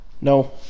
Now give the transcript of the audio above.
No